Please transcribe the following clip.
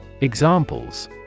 Examples